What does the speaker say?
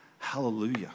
Hallelujah